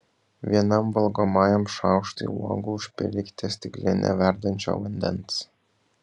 vienam valgomajam šaukštui uogų užpilkite stiklinę verdančio vandens